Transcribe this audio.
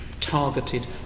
targeted